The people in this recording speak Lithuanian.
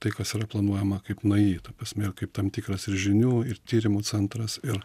tai kas yra planuojama kaip ni ta prasme ir kaip tam tikras ir žinių ir tyrimų centras ir